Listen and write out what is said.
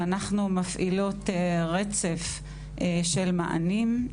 ואנחנו מפעילות רצף של מענים,